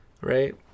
Right